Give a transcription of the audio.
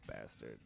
Bastard